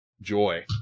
joy